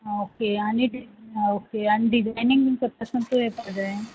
आ okay आनी आ okay आनी डिजायनींग बीन कोत्ता आसतना खूंय येवपा जाय